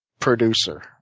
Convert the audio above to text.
producer.